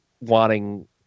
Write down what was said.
wanting